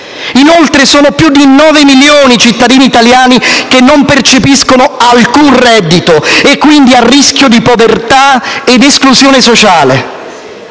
Inoltre, sono più di 9 milioni i cittadini italiani che non percepiscono alcun reddito e - quindi - a rischio di povertà e di esclusione sociale.